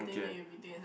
okay